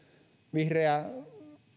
vihreä